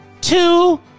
two